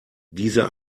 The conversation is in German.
diese